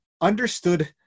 understood